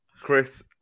Chris